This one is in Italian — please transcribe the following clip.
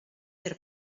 per